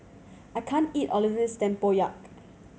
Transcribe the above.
I can't eat all of this tempoyak